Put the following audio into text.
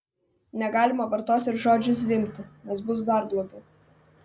negalima vartoti ir žodžio zvimbti nes bus dar blogiau